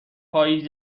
پاییز